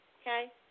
okay